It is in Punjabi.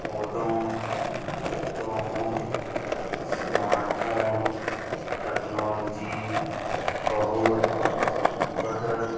ਉਦੋਂ ਤੋਂ ਸਮਾਰਟਫੋਨ ਤਕਨਾਲੋਜੀ ਬਹੁਤ ਬਦਲ